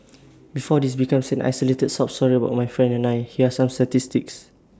before this becomes an isolated sob story about my friend and I here are some statistics